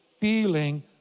feeling